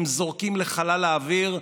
הם זורקים לחלל האוויר,